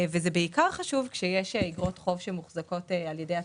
זה חשוב כשיש אגרות חוב שמוחזקות על ידי הציבור,